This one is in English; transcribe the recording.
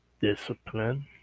discipline